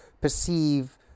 perceive